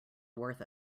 worth